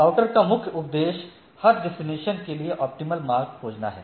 router का मुख्य उद्देश्य हर डेस्टिनेशन के लिए ऑप्टिमम मार्ग खोजना है